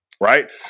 Right